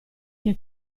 che